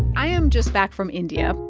i am just back from india,